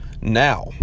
Now